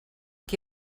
què